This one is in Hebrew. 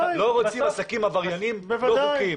אנחנו לא רוצים עסקים עבריינים לא חוקיים.